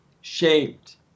shaped